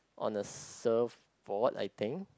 on a surfboard I think